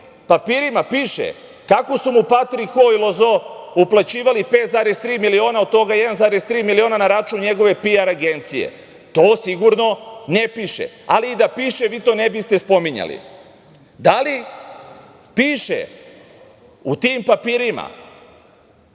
papirima piše kako su mu Patrik Ho i Lozo uplaćivali 5,3 miliona, od toga 1,3 miliona na račun njegove PR agencije? To sigurno ne piše, ali i da piše, vi to ne biste spominjali. Da li piše u tim papirima